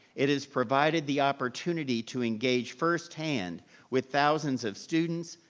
it has provided the opportunity to engage firsthand with thousands of students,